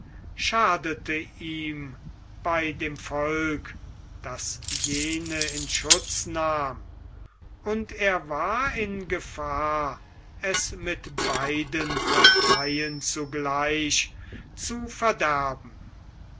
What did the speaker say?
schadete ihm bei dem volke das jene in schutz nahm und er war in gefahr es mit beiden parteien zugleich zu verderben